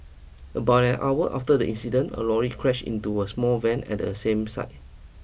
about an hour after the incident a lorry crashed into a small van at the same site